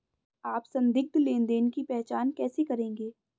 आप संदिग्ध लेनदेन की पहचान कैसे करेंगे?